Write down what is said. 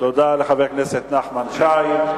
תודה לחבר הכנסת נחמן שי.